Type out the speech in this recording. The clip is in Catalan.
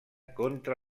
contra